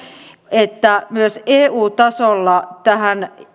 että myös eu tasolla tähän